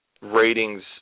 ratings